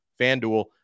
FanDuel